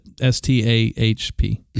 S-T-A-H-P